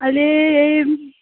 अहिले